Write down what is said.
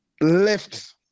left